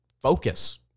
focus